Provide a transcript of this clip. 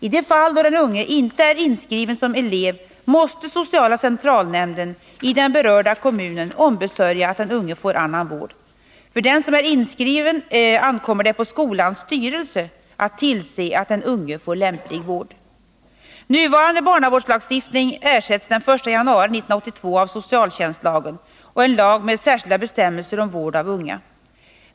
I de fall då den unge inte är inskriven som elev måste sociala centralnämnden i den berörda kommunen ombesörja att den unge får annan vård. När det gäller den som är inskriven ankommer det på skolans styrelse att tillse att den unge får lämplig vård. Nuvarande barnavårdslagstiftning ersätts den 1 januari 1982 av socialtjänstlagen och en lag med särskilda bestämmelser om vård av unga .